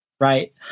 right